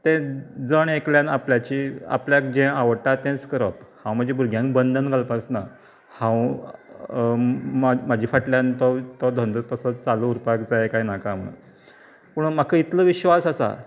तें जण एकल्यान आपल्याची आपल्याक जे आवडटा तेच करप हांव म्हज्या भुरग्यांक बंदन घालपाचो ना हांव म्हज्या फाटल्यान तो तो धंदो तसोच चालू उरपाक जाय काय नाका म्हुणून पूण म्हाका इतलो विश्वास आसा